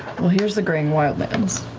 well, here's the greying wildlands.